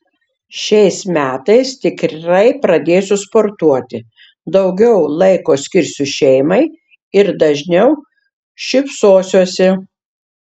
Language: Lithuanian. šiais metais tikrai pradėsiu sportuoti daugiau laiko skirsiu šeimai ir dažniau šypsosiuosi